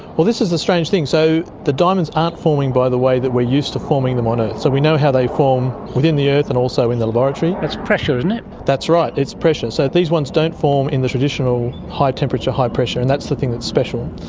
well, this is the strange thing. so the diamonds aren't forming by the way that we're used to forming them on earth. ah so we know how they form within the earth and also in the laboratory. it's pressure, isn't it? that's right, it's pressure. so these ones don't form in the traditional high temperature, high pressure, and that's the thing that's special.